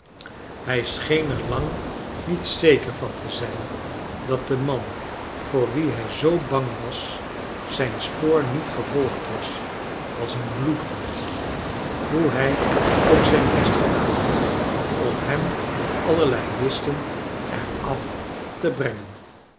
hij scheen er lang niet zeker van te zijn dat de man voor wien hij zoo bang was zijn spoor niet gevolgd was als een bloedhondj hoe hij ook zijn best gedaan had om hem door allerlei listen er af te brengen